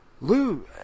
Lou